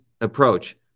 approach